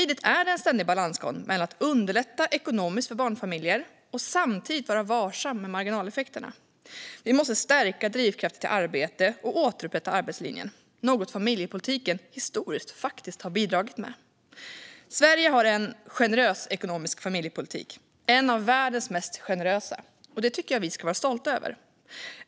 Det är också en ständig balansgång mellan att underlätta ekonomiskt för barnfamiljer och samtidigt vara varsam med marginaleffekterna. Vi måste stärka drivkrafter till arbete och återupprätta arbetslinjen, något familjepolitiken historiskt faktiskt har bidragit till. Sverige har en generös ekonomisk familjepolitik - en av världens mest generösa. Det tycker jag att vi ska vara stolta över.